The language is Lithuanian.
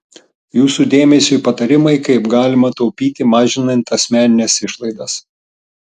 jūsų dėmesiui patarimai kaip galima taupyti mažinant asmenines išlaidas